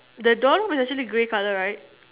the door knob is actually grey colour right